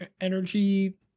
energy